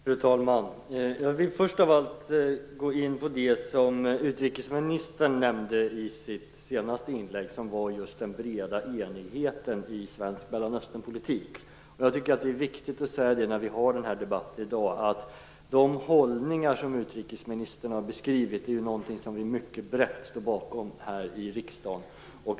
Fru talman! Jag vill först av allt gå in på det som utrikesministern nämnde i sitt senaste inlägg, och det var just den breda enigheten i svensk Mellanösternpolitik. Jag tycker att det är viktigt att i den här debatten i dag säga att de hållningar som utrikesministern har beskrivit är någonting som vi här i riksdagen står mycket brett bakom.